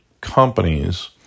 companies